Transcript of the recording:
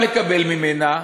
ואז אפשר גם לקבל ממנה,